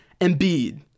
Embiid